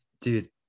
dude